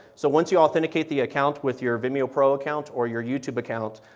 so once you authenticate the account with your vimeo pro account or your youtube account,